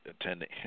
attending